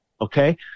Okay